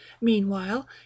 meanwhile